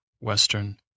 Western